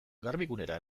garbigunera